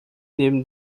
neben